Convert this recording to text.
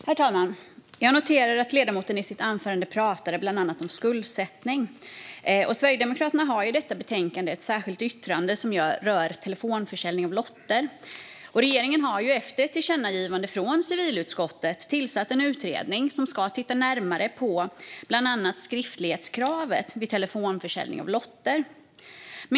Herr talman! Jag noterar att ledamoten i sitt anförande pratade om bland annat skuldsättning. Sverigedemokraterna har i detta betänkande ett särskilt yttrande som rör telefonförsäljning av lotter. Regeringen har, efter ett tillkännagivande från civilutskottet, tillsatt en utredning som ska titta närmare på bland annat skriftlighetskravet vid telefonförsäljning av lotter.